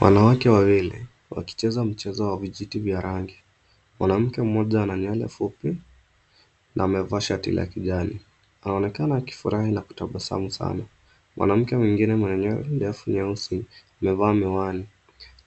Wanawake wawili wakicheza mchezo wa vijiti vya rangi. Mwanamke mmoja ana nywele fupi na amevaa amevaa shati la kijani, anaonekana akifurahi na kutabasamu sana. Mwanamke mwingine mwenye nywele ndefu nyeusi amevaa miwani